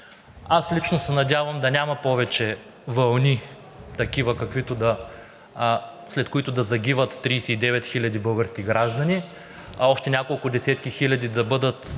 Лично се надявам да няма повече такива вълни, след които да загинат 39 хиляди български граждани, а още няколко десетки хиляди да бъдат